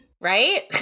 Right